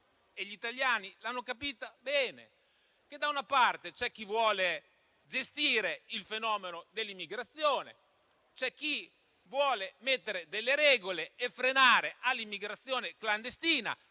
e gli italiani l'hanno capita bene: da una parte c'è chi vuole gestire il fenomeno dell'immigrazione, chi vuole mettere delle regole e frenare l'immigrazione clandestina